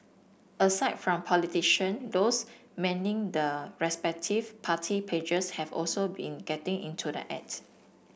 aside from politician those manning the respective party pages have also been getting into the act